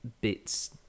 bits